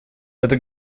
это